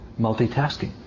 multitasking